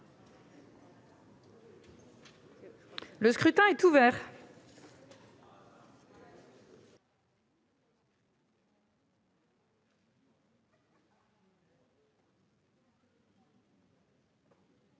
Le scrutin est ouvert.